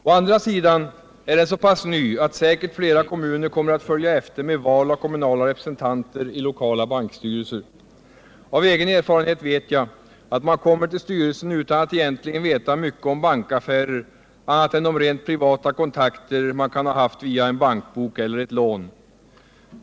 Å andra sidan är den så pass ny att säkert flera kommuner kommer att föja efter med val av kommunala representanter i lokala bankstyrelser. Av egen erfarenhet vet jag att man kommer till styrelsen utan att egentligen veta mycket om bankaffärer annat än genom de rent privata kontakter man kan ha haft via en bankbok eller ett lån.